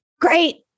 great